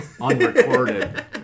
unrecorded